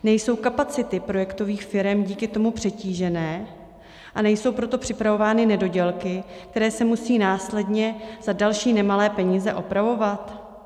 Nejsou kapacity projektových firem díky tomu přetížené a nejsou proto připravovány nedodělky, které se musí následně za další nemalé peníze opravovat?